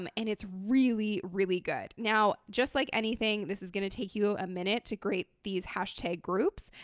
um and it's really, really good. now, just like anything, this is going to take you a minute to create these hashtag groups,